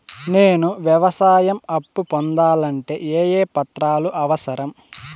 నేను వ్యవసాయం అప్పు పొందాలంటే ఏ ఏ పత్రాలు అవసరం?